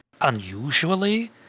unusually